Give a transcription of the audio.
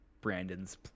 Brandon's